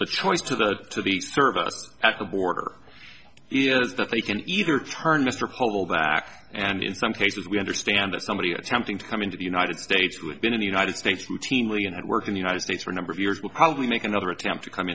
the choice to the to the service at the border is that they can either turn mr hold back and in some cases we understand that somebody attempting to come into the united states who have been in the united states routinely and work in the united states for a number of years will probably make another attempt to come